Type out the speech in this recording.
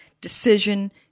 decision